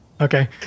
Okay